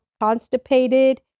constipated